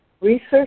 Research